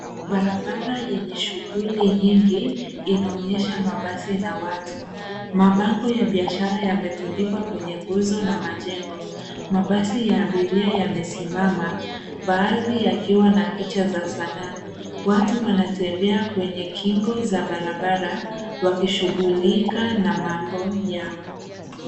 Barabara yenye shughuli nyingi, inaonyesha mabasi na watu. Mabango ya biashara yametundikwa kwenye nguzo na majengo. Mabasi ya abiria yamesimama, baadhi yakiwa na picha za sanaa. Watu wanatembea kwenye kingo za barabara, wakishughulika na mambo yao.